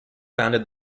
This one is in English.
founded